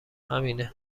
همینه